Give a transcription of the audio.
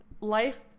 life